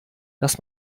dass